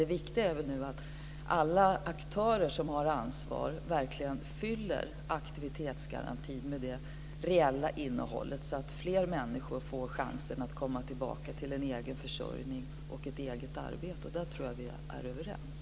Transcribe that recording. Det viktiga nu är att alla aktörer som har ett ansvar verkligen fyller aktivitetsgarantin med det reella innehållet så att fler människor får chansen att komma tillbaka till en egen försörjning och ett eget arbete. Där tror jag att vi är överens.